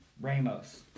Ramos